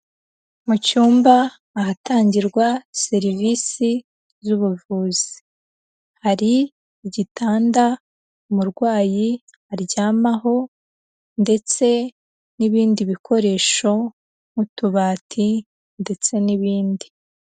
Mu cyumba ahatangirwa serivisi z'ubuvuzi, hari igitanda umurwayi aryamaho, ndetse n'ibindi bikoresho nk'utubati, ndetse n'ibindi.